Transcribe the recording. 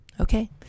Okay